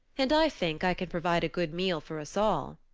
and i think i can provide a good meal for us all.